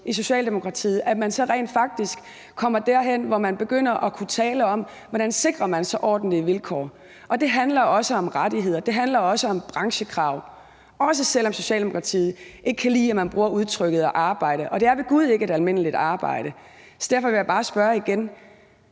så kommer man rent faktisk også derhen, hvor man begynder at kunne tale om, hvordan man så sikrer ordentlige vilkår. Det handler også om rettigheder, og det handler også om branchekrav, også selv om Socialdemokratiet ikke kan lide, at man bruger ordet arbejde – og det er ved gud ikke et almindeligt arbejde. Derfor vil jeg bare spørge igen: